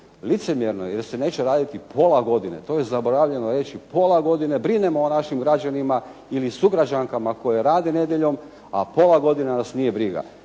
Licemjerno je jer se neće raditi pola godine, to je zaboravljeno reći. Pola godine brinemo o našim građanima ili sugrađankama koje rade nedjeljom, a pola godine nas nije briga.